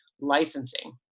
licensing